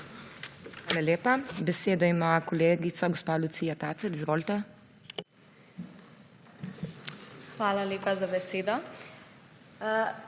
Hvala lepa. Besedo ima kolegica gospa Lucija Tacer. Izvolite. LUCIJA TACER: Hvala lepa za besedo.